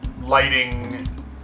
lighting